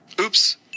Oops